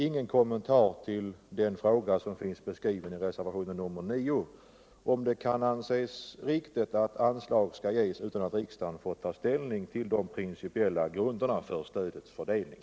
Inte heller lämnades någon kommentar till frågan i reservationen 9 om huruvida det kan anses riktigt att anslag skall ges utan att riksdagen får ta ställning till de principiella grunderna för stödets fördelning.